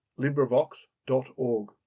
LibriVox.org